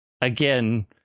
again